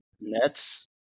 Nets